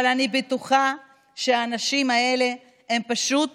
אבל אני בטוחה שהאנשים האלה הם פשוט